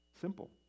Simple